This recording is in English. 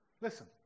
Listen